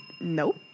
Nope